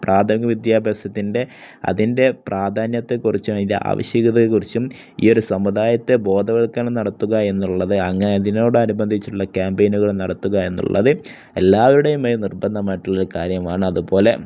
പ്രാഥമിക വിദ്യാഭ്യാസത്തിൻ്റെ അതിൻ്റെ പ്രാധാന്യത്തെക്കുറിച്ചും അതിന്റെ ആവശ്യകതയെക്കുറിച്ചും ഈയൊരു സമുദായത്തെ ബോധവൽകരിക്കുകയെന്നുള്ളത് അങ്ങനെ അതിനോടനുബന്ധിച്ചിട്ടുള്ള ക്യാമ്പെയിനുകൾ നടത്തുകയെന്നുള്ളത് എല്ലാവരുടേതുമായ നിർബന്ധമായിട്ടുള്ളൊരു കാര്യമാണ് അതുപോലെ